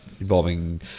involving